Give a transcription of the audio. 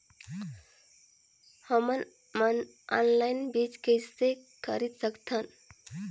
हमन मन ऑनलाइन बीज किसे खरीद सकथन?